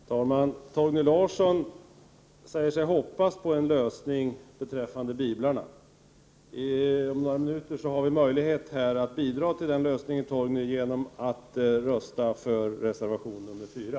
Herr talman! Torgny Larsson säger sig hoppas på en lösning beträffande biblarna. Om några minuter har vi möjlighet här att bidra till den lösningen genom att rösta för reservation 4.